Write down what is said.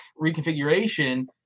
reconfiguration